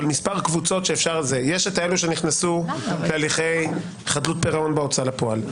יש את אלו שנכנסו להליכי חדלות פירעון בהוצאה לפועל,